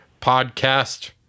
podcast